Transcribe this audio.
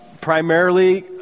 Primarily